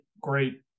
great